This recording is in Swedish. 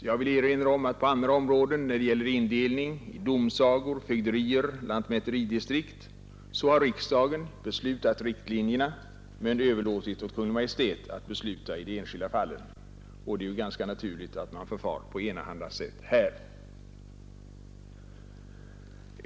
Jag vill erinra om att på andra områden, såsom när det gäller indelning i domsagor, fögderier och lantmäteridistrikt, har riksdagen beslutat riktlinjerna men överlåtit åt Kungl. Maj:t att besluta i det enskilda fallet. Det är ganska naturligt att man förfar på enahanda sätt här.